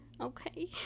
Okay